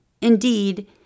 Indeed